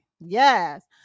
yes